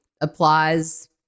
applies